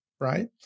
right